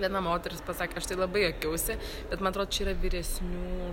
viena moteris pasakė aš tai labai juokiausi bet man atro čia yra vyresnių